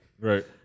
Right